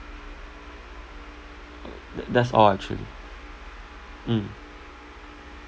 that that's all actually mm